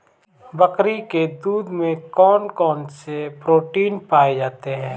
बकरी के दूध में कौन कौनसे प्रोटीन पाए जाते हैं?